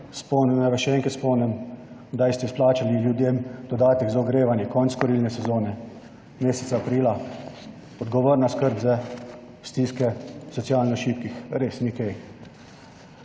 Naj vas še enkrat spomnim, kdaj ste izplačali ljudem dodatek za ogrevanje? Konec kurilne sezone meseca aprila. Odgovorna skrb za stiske socialno šibkih, res ni kaj.